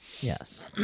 Yes